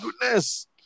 goodness